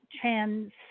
Trans